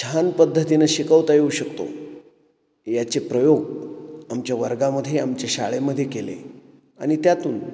छान पद्धतीनं शिकवता येऊ शकतो याचे प्रयोग आमच्या वर्गामध्ये आमच्या शाळेमध्ये केले आणि त्यातून